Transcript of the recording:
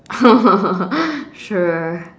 sure